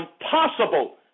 impossible